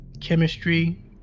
chemistry